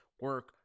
Work